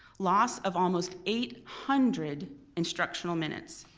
loss of almost eight hundred instructional minutes,